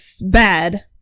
bad